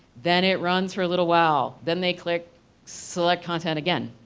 then it runs for a little while then they click select content again.